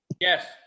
yes